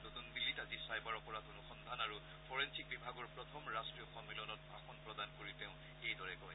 নতুন দিন্নীত আজি চাইবাৰ অপৰাধ অনুসন্ধান আৰু ফৰেনচিক বিভাগৰ প্ৰথম ৰট্টীয় সন্মিলনত ভাষণ প্ৰদান কৰি তেওঁ এইদৰে কয়